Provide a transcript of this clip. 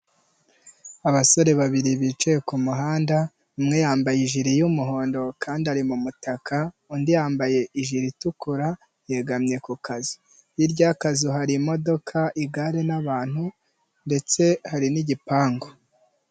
Aabasore babiri bicaye ku muhanda umwe yambaye ijiri y'umuhondo kandi ari mu mutaka, undi yambaye ijiri itukura yegamye ku kazu, hirya y'akazu hari imodoka, igare n'abantu ndetse hari n'igipangu.